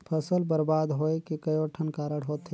फसल बरबाद होवे के कयोठन कारण होथे